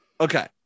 Okay